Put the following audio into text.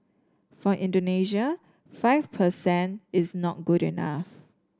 for Indonesia five per cent is not good enough